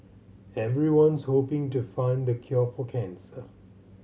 everyone's hoping to find the cure for cancer